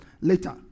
later